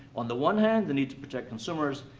on the one hand, the need to protect consumers,